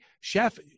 chef